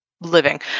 living